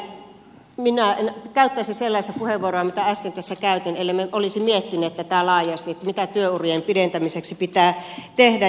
tietenkään minä en käyttäisi sellaista puheenvuoroa mitä äsken tässä käytin ellemme olisi miettineet tätä laajasti mitä työurien pidentämiseksi pitää tehdä